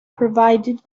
provided